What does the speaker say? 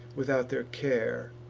without their care,